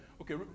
Okay